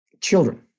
Children